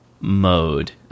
mode